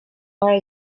are